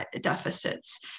deficits